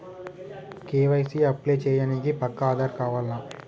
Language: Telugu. కే.వై.సీ అప్లై చేయనీకి పక్కా ఆధార్ కావాల్నా?